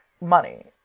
money